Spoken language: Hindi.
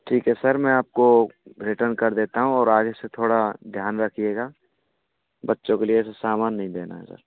ठीक है सर मैं आपको रिटर्न कर देता हूँ और आगे से थोड़ा ध्यान रखिएगा बच्चों के लिए ऐसा सामान नहीं देना है सर